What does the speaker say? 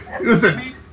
Listen